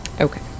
Okay